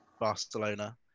barcelona